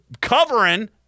covering